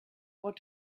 what